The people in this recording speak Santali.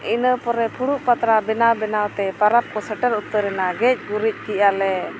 ᱤᱱᱟᱹ ᱯᱚᱨᱮ ᱯᱷᱩᱲᱩᱜ ᱯᱟᱛᱲᱟ ᱵᱮᱱᱟᱣᱼᱵᱮᱱᱟᱣᱛᱮ ᱯᱚᱨᱚᱵᱽ ᱠᱚ ᱥᱮᱴᱮᱨ ᱩᱛᱟᱹᱨᱮᱱᱟ ᱜᱮᱡᱼᱜᱩᱨᱤᱡ ᱠᱮᱫᱼᱟ ᱞᱮ